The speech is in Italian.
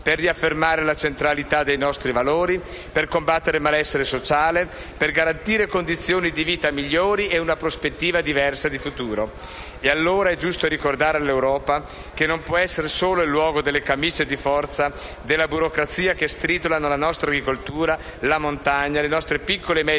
per riaffermare la centralità dei nostri valori, per combattere il malessere sociale, per garantire condizioni di vita migliori e una prospettiva diversa di futuro. È quindi giusto ricordare all'Europa che non può essere solo il luogo delle camicie di forza della burocrazia che stritolano la nostra agricoltura, la montagna, le nostre piccole e medie